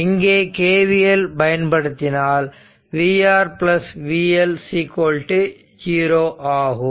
இங்கே KVL பயன்படுத்தினால் vR vL 0 ஆகும்